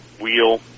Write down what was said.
wheel